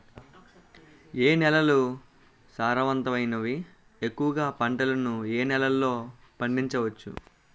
ఏ నేలలు సారవంతమైనవి? ఎక్కువ గా పంటలను ఏ నేలల్లో పండించ వచ్చు?